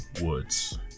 Woods